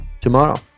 tomorrow